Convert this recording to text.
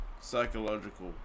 psychological